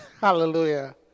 Hallelujah